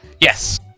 Yes